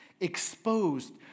exposed